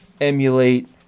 emulate